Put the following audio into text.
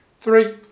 Three